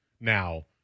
now